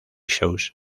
shows